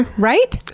and right?